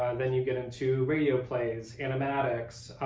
and then you get into radio plays, animatics,